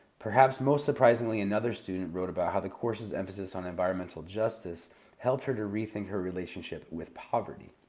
perhaps most surprisingly, another student wrote about how the course's emphasis on environmental justice helped her to rethink her relationship with poverty.